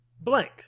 blank